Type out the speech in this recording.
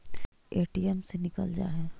ATM से निकल जा है?